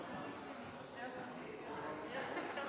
moden for å se